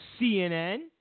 CNN